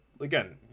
again